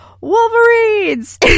Wolverines